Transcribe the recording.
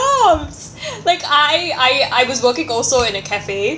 jobs like I I I was working also in a cafe